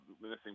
missing